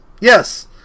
Yes